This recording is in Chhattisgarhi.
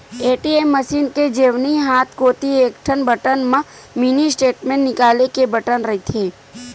ए.टी.एम मसीन के जेवनी हाथ कोती एकठन बटन म मिनी स्टेटमेंट निकाले के बटन रहिथे